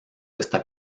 está